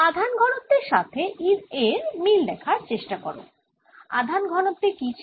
আধান ঘনত্বের সাথে এর মিল দেখার চেষ্টা করো আধান ঘনত্বে কি ছিল